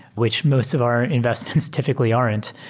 which most of our investments typically aren t.